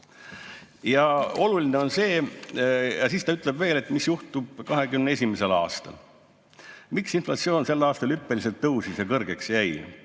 Ja oluline on see, et ta ütleb veel, mis juhtus 2021. aastal. Miks inflatsioon sel aastal hüppeliselt tõusis ja kõrgeks jäi?